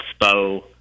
Spo